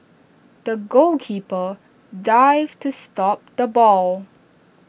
the goalkeeper dived to stop the ball